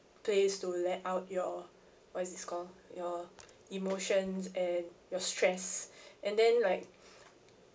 place to let out your what is this called your emotions and your stress and then like